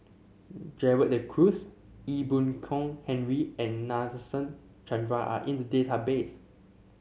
Gerald De Cruz Ee Boon Kong Henry and Nadasen Chandra are in the database